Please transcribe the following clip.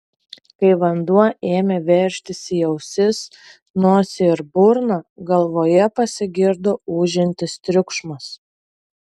kai vanduo ėmė veržtis į ausis nosį ir burną galvoje pasigirdo ūžiantis triukšmas